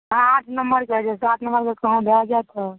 आठ नम्बरके होइ छै सात नम्बरके कहूँ भए जाए तऽ